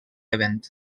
bevent